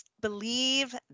believe